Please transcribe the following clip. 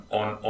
on